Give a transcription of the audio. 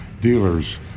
dealers